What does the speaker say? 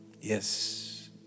Yes